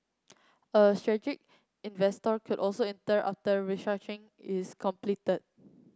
a strategic investor could also enter after restructuring is completed